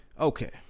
Okay